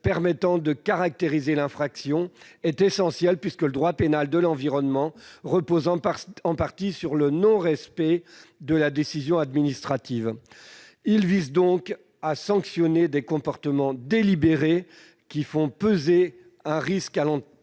permettant de caractériser l'infraction est essentiel, puisque le droit pénal de l'environnement repose en partie sur le non-respect de décisions administratives. Il vise donc à sanctionner des comportements délibérés faisant peser un risque à l'environnement.